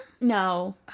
No